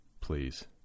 Please